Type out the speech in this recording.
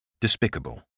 Despicable